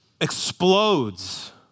explodes